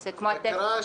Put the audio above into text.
כלומר,